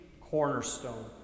cornerstone